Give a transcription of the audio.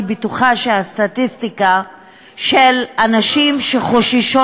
אני בטוחה שהסטטיסטיקה של הנשים שחוששות